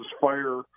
fire